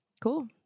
Cool